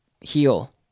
heal